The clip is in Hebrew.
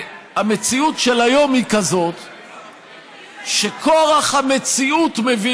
המציאות של היום היא כזאת שכורח המציאות מביא